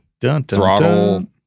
throttle